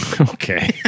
Okay